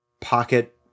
pocket